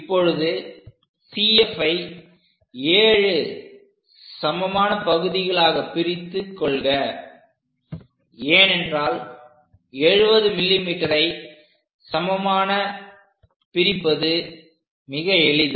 இப்பொழுது CF ஐ 7 சமமான பகுதிகளாக பிரித்துக் கொள்க ஏனென்றால் 70 mm ஐ சமமாக பிரிப்பது மிக எளிது